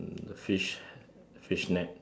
the fish the fish net